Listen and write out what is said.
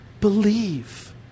Believe